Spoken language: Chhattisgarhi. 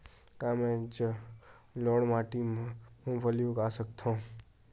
का मैं जलोढ़ माटी म मूंगफली उगा सकत हंव?